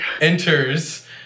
enters